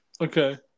Okay